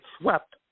swept